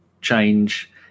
change